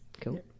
Cool